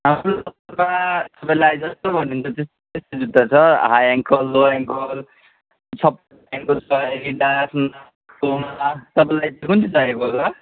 जस्तो भन्नुहुन्छ त्यस्तै जुत्ता छ high ankle low ankle Adidas तपाईँलाई चाहिँ कुन चाहिँ चाहिएको होला